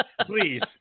please